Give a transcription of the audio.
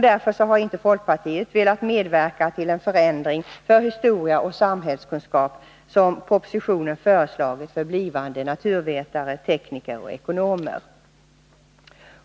Därför har inte folkpartiet velat medverka till den förändring i fråga om historia och samhällskunskap som propositionen föreslagit för blivande naturvetare, tekniker och ekonomer.